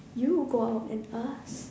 you go out and ask